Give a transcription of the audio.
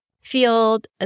field